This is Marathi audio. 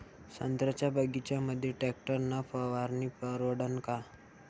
संत्र्याच्या बगीच्यामंदी टॅक्टर न फवारनी परवडन का?